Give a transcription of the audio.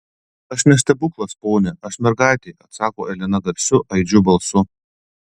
aš ne stebuklas pone aš mergaitė atsako elena garsiu aidžiu balsu